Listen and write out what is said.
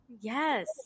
Yes